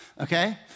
okay